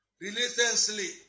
relentlessly